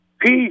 Peace